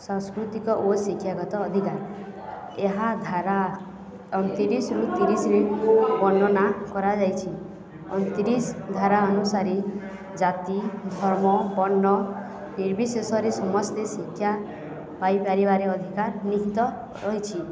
ସାଂସ୍କୃତିକ ଓ ଶିକ୍ଷାଗତ ଅଧିକାର ଏହା ଧାରା ଅଣତିରିଶିରୁୁ ତିରିଶରେ ବର୍ଣ୍ଣନା କରାଯାଇଛି ଅଣତିରିଶି ଧାରା ଅନୁସାରେ ଜାତି ଧର୍ମ ବର୍ଣ୍ଣ ନିର୍ବିଶେଷରେ ସମସ୍ତେ ଶିକ୍ଷା ପାଇପାରିବାରେ ଅଧିକାର ନିହିତ ରହିଛି